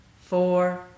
four